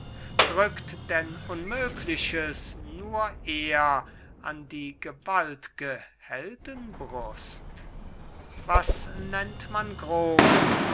drückt denn unmögliches nur er an die gewalt'ge heldenbrust was nennt man groß